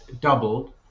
doubled